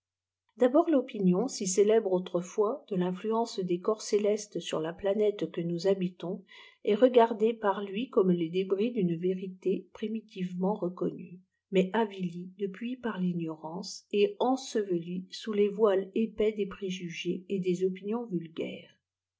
d'abord topinion si célèbre autrefois de tinfluënee ded oorps célestes sur ta planèt que nous habitons est regardée par hii comme les débris d une vérité primitivement reconnue mais avilie depuis par tignorance et ensevelie sous les voues épais des préjugés et des opinions vulgaires